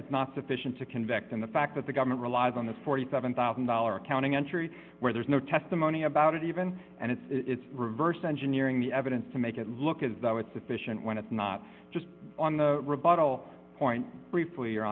it's not sufficient to convict in the fact that the government relies on the forty seven thousand dollars accounting entry where there's no testimony about it even and it's reverse engineering the evidence to make it look as though it's sufficient when it's not just on the rebuttal point briefly